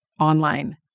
online